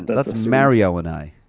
but that's mario and i.